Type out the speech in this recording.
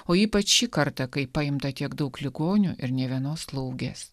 o ypač šį kartą kai paimta tiek daug ligonių ir nė vienos slaugės